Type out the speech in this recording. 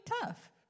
tough